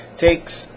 takes